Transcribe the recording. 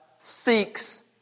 seeks